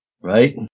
right